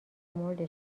مورد